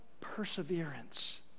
perseverance